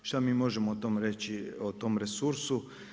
Šta mi možemo o tom reći o tom resursu?